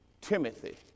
Timothy